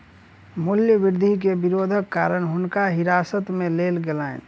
मूल्य वृद्धि के विरोधक कारण हुनका हिरासत में लेल गेलैन